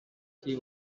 see